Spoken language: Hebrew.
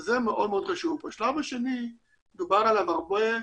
השלב השני, דובר עליו הרבה,